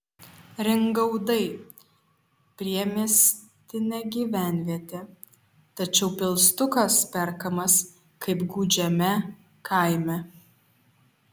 ringaudai priemiestinė gyvenvietė tačiau pilstukas perkamas kaip gūdžiame kaime